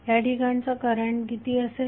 त्या ठिकाणचा करंट किती असेल